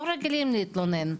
לא רגילים להתלונן.